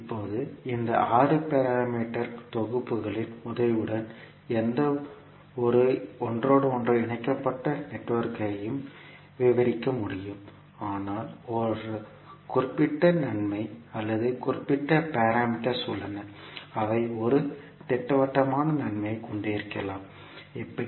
இப்போது இந்த 6 பாராமீட்டர் தொகுப்புகளின் உதவியுடன் எந்தவொரு ஒன்றோடொன்று இணைக்கப்பட்ட நெட்வொர்க்கையும் விவரிக்க முடியும் ஆனால் ஒரு குறிப்பிட்ட நன்மை அல்லது குறிப்பிட்ட பாராமீட்டர்ஸ் உள்ளன அவை ஒரு திட்டவட்டமான நன்மையைக் கொண்டிருக்கலாம் எப்படி